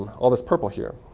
all this purple here.